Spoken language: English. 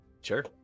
Sure